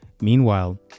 Meanwhile